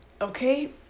okay